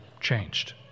changed